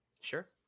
Sure